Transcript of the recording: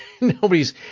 nobody's